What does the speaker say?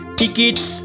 tickets